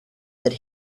that